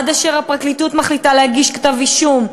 עד אשר הפרקליטות מחליטה להגיש כתב-אישום,